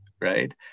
right